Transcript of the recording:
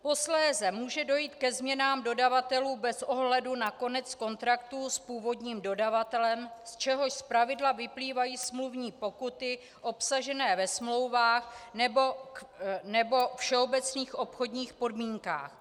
Posléze může dojít ke změnám dodavatelů bez ohledu na konec kontraktů s původním dodavatelem, z čehož zpravidla vyplývají smluvní pokuty obsažené ve smlouvách nebo všeobecných obchodních podmínkách.